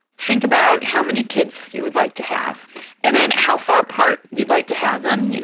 think about how many kids you would like to have and then how far apart you'd like to have them you know,